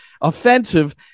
offensive